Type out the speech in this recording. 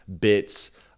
bits